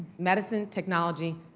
medicine, technology,